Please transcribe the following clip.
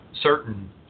certain